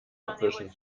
abwischen